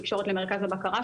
התקשורת למרכז הבקרה,